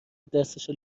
دستشو